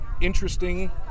interesting